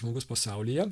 žmogus pasaulyje